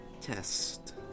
test